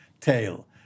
tail